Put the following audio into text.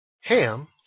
Ham